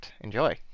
enjoy